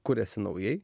kuriasi naujai